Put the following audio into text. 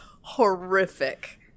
horrific